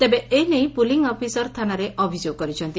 ତେବେ ଏ ନେଇ ପୁଲିଂ ଅଫିସର ଥାନାରେ ଅଭିଯୋଗ କରିଛନ୍ତି